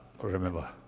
remember